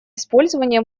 использования